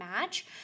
match